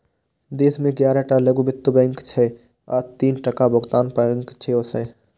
देश मे ग्यारह टा लघु वित्त बैंक छै आ तीनटा भुगतान बैंक सेहो छै